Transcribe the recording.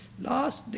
last